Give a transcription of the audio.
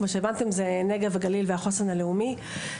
זה הנגב והגליל והחוסן הלאומי.